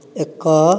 ଏକ